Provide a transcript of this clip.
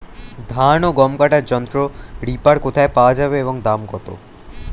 ধান ও গম কাটার যন্ত্র রিপার কোথায় পাওয়া যাবে এবং দাম কত?